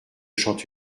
chanter